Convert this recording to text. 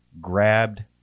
grabbed